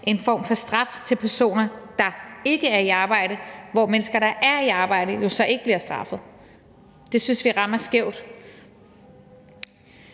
en form for straf til personer, der ikke er i arbejde, hvor mennesker, der er i arbejde, jo så ikke bliver straffet. Det synes vi rammer skævt.